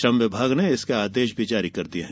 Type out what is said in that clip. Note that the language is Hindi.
श्रम विभाग ने इसके आदेश भी जारी कर दिये हैं